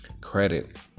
Credit